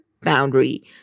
boundary